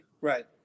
Right